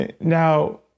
Now